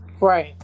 right